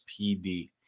PD